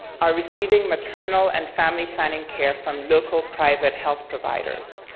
are receiving maternal and family planning care from local private health providers.